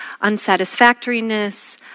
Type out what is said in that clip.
unsatisfactoriness